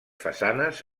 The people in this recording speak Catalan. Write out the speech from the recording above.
façanes